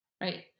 right